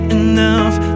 enough